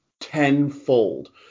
tenfold